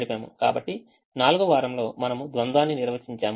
కాబట్టి నాల్గవ వారంలో మనము ద్వంద్వాన్ని నిర్వచించాము